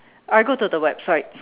I go to the website